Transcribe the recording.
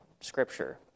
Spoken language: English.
Scripture